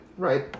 Right